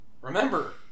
Remember